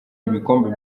ibikombe